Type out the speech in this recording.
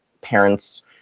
parents